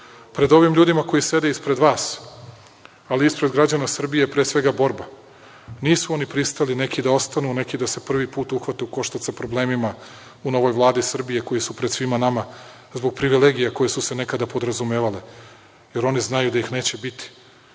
ovim ljudima koji sede ispred vas, ali ispred građana Srbije je pre svega borba, nisu oni pristali neki da ostanu, a neki da se prvi put uhvate u koštac sa problemima u novoj Vladi Srbije, koju su pred svima nama zbog privilegija koje su se nekada podrazumevale, jer oni znaju da ih neće biti.